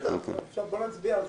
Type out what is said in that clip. עכשיו בוא נצביע.